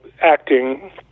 acting